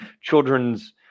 children's